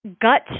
gut